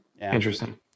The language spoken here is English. Interesting